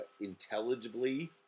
intelligibly